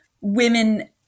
Women